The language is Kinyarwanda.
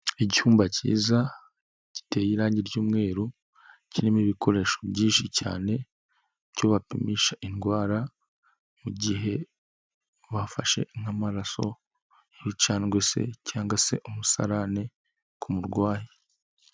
Icyumba kiza, giteye irangi ry'umweru, kirimo ibikoresho byinshi cyane, byo bapimisha indwara, mu gihe bafashe nk'amaraso, ibicandwe se cyangwa se umusarane ku murwayi.